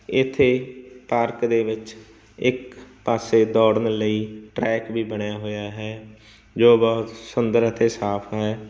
ਇੱਥੇ ਪਾਰਕ ਦੇ ਵਿੱਚ ਇੱਕ ਪਾਸੇ ਦੌੜਨ ਲਈ ਟਰੈਕ ਵੀ ਬਣਿਆ ਹੋਇਆ ਹੈ ਜੋ ਬਹੁਤ ਸੁੰਦਰ ਅਤੇ ਸਾਫ ਹੈ